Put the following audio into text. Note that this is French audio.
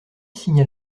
signal